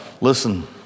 listen